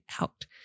out